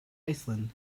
iceland